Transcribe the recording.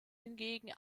hingegen